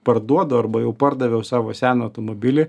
parduodu arba jau pardaviau savo seną automobilį